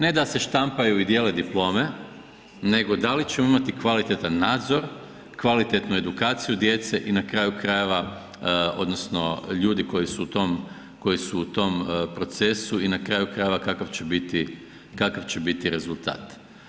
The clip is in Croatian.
Ne da se štampaju i dijele diplome nego da li ćemo imati kvalitetan nadzor, kvalitetnu edukaciju djece i na kraju krajeva, odnosno ljudi koji su u tom procesu i na kraju krajeva kakav će biti rezultat.